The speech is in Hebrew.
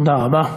תודה רבה.